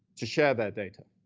to share their data.